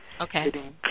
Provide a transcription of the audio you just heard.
Okay